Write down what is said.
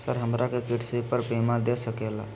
Sir हमरा के कृषि पर बीमा दे सके ला?